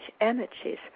energies